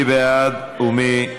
מי בעד ומי נגד?